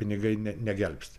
pinigai ne negelbsti